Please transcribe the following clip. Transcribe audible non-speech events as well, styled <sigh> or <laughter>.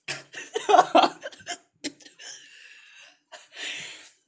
<laughs>